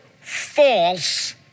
false